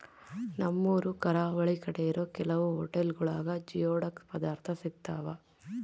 ನಮ್ಮೂರು ಕರಾವಳಿ ಕಡೆ ಇರೋ ಕೆಲವು ಹೊಟೆಲ್ಗುಳಾಗ ಜಿಯೋಡಕ್ ಪದಾರ್ಥ ಸಿಗ್ತಾವ